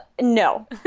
no